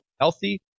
healthy